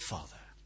Father